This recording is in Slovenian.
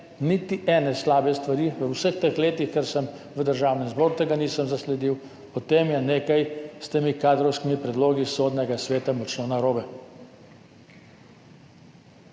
niti ene slabe stvari, v vseh teh letih, kar sem v Državnem zboru, tega nisem zasledil, potem je nekaj s temi kadrovskimi predlogi Sodnega sveta močno narobe.